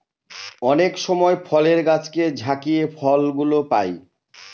অনেক সময় ফলের গাছকে ঝাকিয়ে ফল গুলো পাই